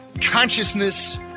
consciousness